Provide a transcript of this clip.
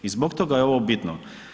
I zbog toga je ovo bitno.